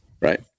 right